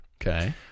Okay